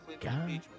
God